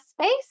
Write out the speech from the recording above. space